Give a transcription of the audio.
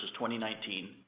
2019